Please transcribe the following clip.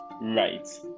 right